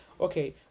Okay